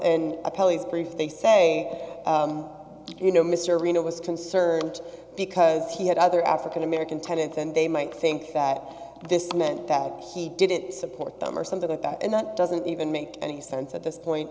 brief they say you know mr reno was concerned because he had other african american tenants and they might think that this meant that he didn't support them or something like that and that doesn't even make any sense at this point